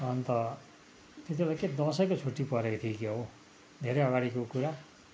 अन्त त्यति बेला के दसैँको छुट्टी परेको थियो कि के हो धेरै अगाडिको कुरा